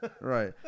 right